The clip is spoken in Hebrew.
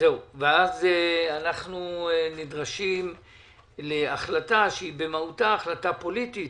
ואז אנחנו נדרשים להחלטה שבמהותה היא פוליטית,